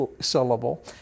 syllable